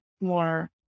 more